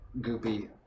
goopy